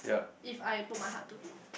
if I put my heart to it